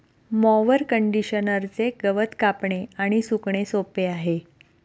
mower कंडिशनरचे गवत कापणे आणि सुकणे सोपे आहे